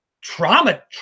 trauma